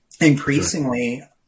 increasingly